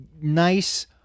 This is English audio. nice –